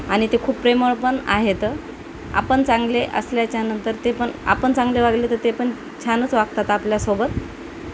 आणि ते खूप प्रेमळपण आहेत आपण चांगले असल्याच्यानंतर तेपण आपण चांगले वागले तर तेपण छानच वागतात आपल्यासोबत